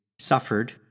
suffered